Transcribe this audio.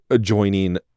joining